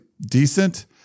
decent